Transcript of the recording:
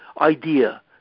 idea